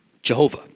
Jehovah